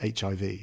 HIV